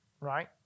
right